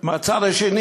מהצד האחר,